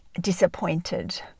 disappointed